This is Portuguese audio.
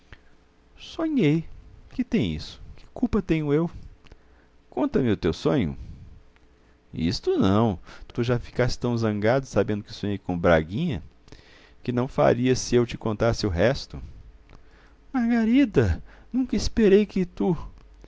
sonhei que tem isso que culpa tenho eu conta-me o teu sonho isso não tu já ficaste tão zangado sabendo que sonhei com o braguinha que não farias se eu te contasse o resto margarida nunca esperei que tu